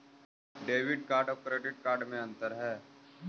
Debit card और credit card में अन्तर है?